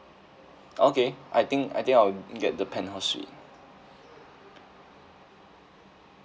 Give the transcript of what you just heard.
okay I think I think I'll get the penthouse suite